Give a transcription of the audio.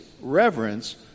reverence